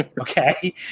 okay